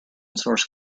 source